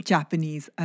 Japanese